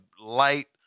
light